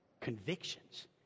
Convictions